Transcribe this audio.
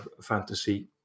fantasy